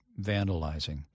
vandalizing